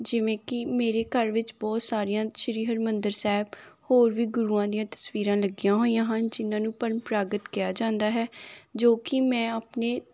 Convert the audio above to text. ਜਿਵੇਂ ਕਿ ਮੇਰੇ ਘਰ ਵਿੱਚ ਬਹੁਤ ਸਾਰੀਆਂ ਸ਼੍ਰੀ ਹਰਿਮੰਦਰ ਸਾਹਿਬ ਹੋਰ ਵੀ ਗੁਰੂਆਂ ਦੀਆਂ ਤਸਵੀਰਾਂ ਲੱਗੀਆਂ ਹੋਈਆਂ ਹਨ ਜਿਨ੍ਹਾਂ ਨੂੰ ਪ੍ਰੰਪਰਾਗਤ ਕਿਹਾ ਜਾਂਦਾ ਹੈ ਜੋ ਕਿ ਮੈਂ ਆਪਣੇ